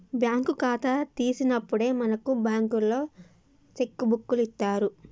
bank ఖాతా తీసినప్పుడే మనకు బంకులోల్లు సెక్కు బుక్కులిత్తరు